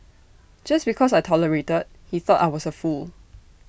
just because I tolerated he thought I was A fool